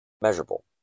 Measurable